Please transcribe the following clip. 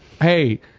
Hey